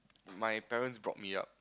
my parents brought me up